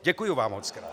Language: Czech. Děkuji vám mockrát!